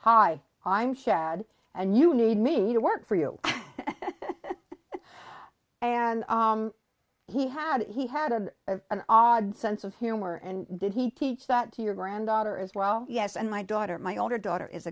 hi i'm chad and you need me to work for you and he had he had a of an odd sense of humor and did he teach that to your granddaughter as well yes and my daughter my older daughter is